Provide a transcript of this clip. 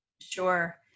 Sure